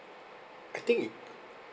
I think it